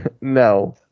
No